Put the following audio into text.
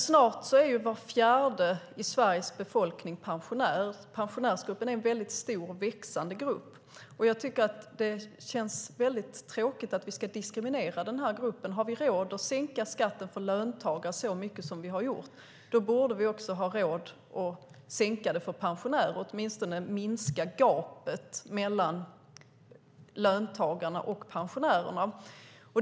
Snart är var fjärde i Sveriges befolkning pensionär. Pensionärsgruppen är en stor och växande grupp. Jag tycker att det känns väldigt tråkigt att vi ska diskriminera den här gruppen. Har vi råd att sänka skatten för löntagare så mycket som vi har gjort borde vi också ha råd att sänka det för pensionärer eller åtminstone minska gapet mellan löntagarna och pensionärerna.